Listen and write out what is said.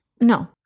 No